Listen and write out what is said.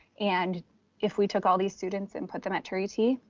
and if we took all these students and put them at turie t,